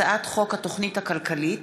הצעת חוק התוכנית הכלכלית